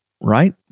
right